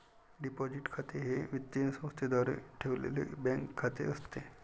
deposit खाते हे वित्तीय संस्थेद्वारे ठेवलेले बँक खाते असते